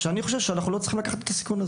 ואני חושב שאנחנו לא צריכים לקחת אותו.